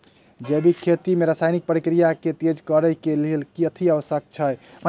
जैविक खेती मे रासायनिक प्रक्रिया केँ तेज करै केँ कऽ लेल कथी आवश्यक छै?